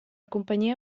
companyia